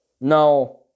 Now